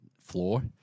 floor